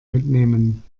mitnehmen